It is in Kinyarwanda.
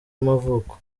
y’amavuko